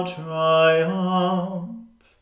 triumph